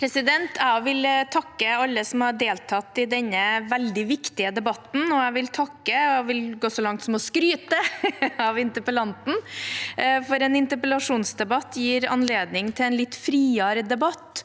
Jeg vil også tak- ke alle som har deltatt i denne veldig viktige debatten, og jeg vil takke og gå så langt som å skryte av interpellanten. En interpellasjonsdebatt gir anledning til en litt friere debatt,